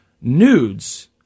nudes